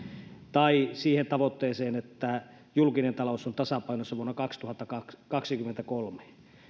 tai siihen tavoitteeseen että julkinen talous on tasapainossa vuonna kaksituhattakaksikymmentäkolme